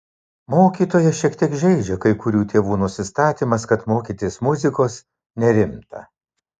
mokytoją šiek tiek žeidžia kai kurių tėvų nusistatymas kad mokytis muzikos nerimta